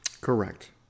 Correct